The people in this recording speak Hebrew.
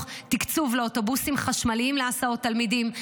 תקצוב לאוטובוסים חשמליים להסעות תלמידים.